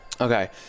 okay